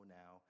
now